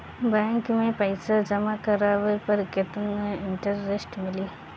Bank में पईसा जमा करवाये पर केतना इन्टरेस्ट मिली?